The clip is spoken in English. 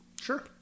Sure